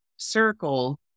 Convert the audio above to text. circle